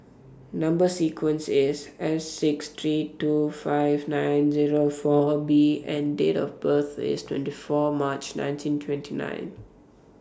Number sequence IS S six three two five nine Zero four B and Date of birth IS twenty four March nineteen twenty nine